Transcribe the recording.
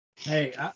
Hey